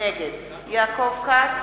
נגד יעקב כץ,